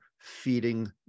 feeding